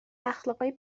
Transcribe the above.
اخلاقای